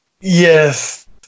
Yes